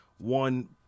One